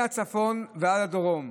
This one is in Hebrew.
מהצפון ועד הדרום,